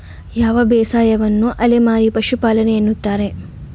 ಯಾವ ಬೇಸಾಯವನ್ನು ಅಲೆಮಾರಿ ಪಶುಪಾಲನೆ ಎನ್ನುತ್ತಾರೆ?